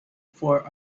for